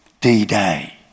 D-Day